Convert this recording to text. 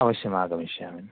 अवश्यम् आगमिष्यामि